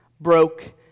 broke